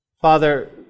Father